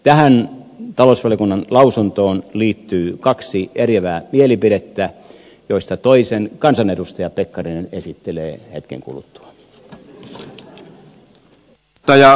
tähän talousvaliokunnan lausuntoon liittyy kaksi eriävää mielipidettä joista toisen kansanedustaja pekkarinen esittelee hetken kuluttua